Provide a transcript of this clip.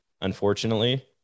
unfortunately